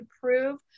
prove